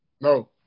No